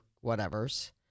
Whatever's